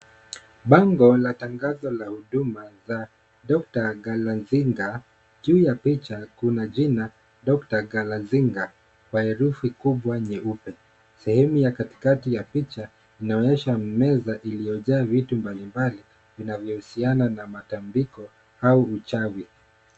Bango la tangazo la huduma la DR GALAZINGA, juu ya picha kunajina DR GALAZINGA kwa herufi kubwa nyeupe. Sehemu ya katikati ya picha inaonyesha meza iliyojaa vitu mbalimbali vinavyohusiana na matambiko au uchawi.